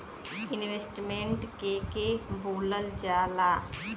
Investment के के बोलल जा ला?